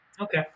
okay